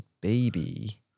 baby